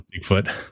bigfoot